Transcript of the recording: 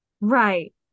Right